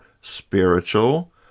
spiritual